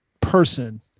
person